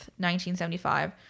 1975